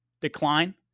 decline